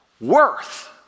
worth